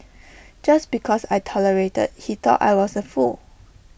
just because I tolerated he thought I was A fool